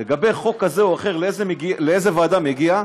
לגבי חוק כזה או אחר לאיזו ועדה הוא מגיע,